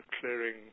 clearing